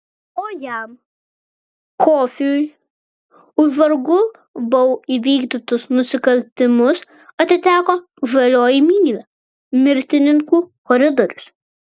o jam kofiui už vargu bau įvykdytus nusikaltimus atiteko žalioji mylia mirtininkų koridorius